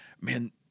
man